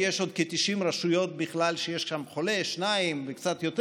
כי יש עוד כ-90 רשויות בכלל שיש שם חולה או שניים או קצת יותר,